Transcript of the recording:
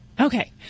Okay